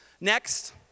Next